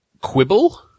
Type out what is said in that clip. Quibble